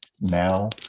now